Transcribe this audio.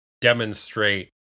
demonstrate